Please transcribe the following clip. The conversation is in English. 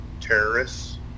terrorists